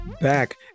back